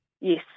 Yes